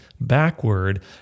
backward